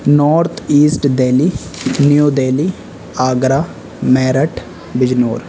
north east Delhi New Delhi Agra Meerut Bijnor